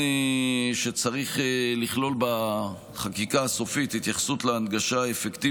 צריך לכלול בחקיקה הסופית התייחסות להנגשה אפקטיבית